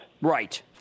Right